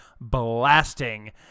blasting